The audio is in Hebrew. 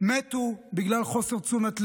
מתו בגלל חוסר תשומת לב,